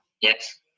Yes